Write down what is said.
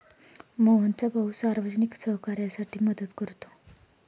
मोहनचा भाऊ सार्वजनिक सहकार्यासाठी मदत करतो